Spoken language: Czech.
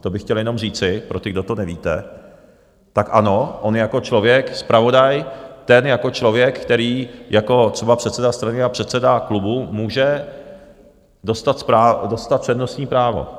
To bych chtěl jen říci pro ty, kdo to nevíte, tak ano, on jako člověk zpravodaj, ten jako člověk, který jako třeba předseda strany a předseda klubu může dostat přednostní právo.